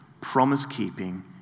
promise-keeping